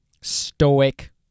stoic